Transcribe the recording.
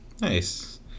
Nice